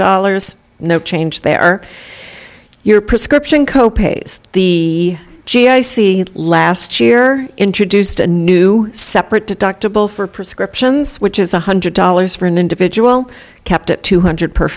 dollars no change there are your prescription co pays the g i c last year introduced a new separate deductible for prescriptions which is one hundred dollars for an individual capped at two hundred